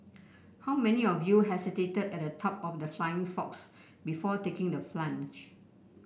how many of you hesitated at the top of the flying fox before taking the plunge